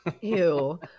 Ew